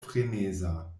freneza